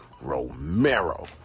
Romero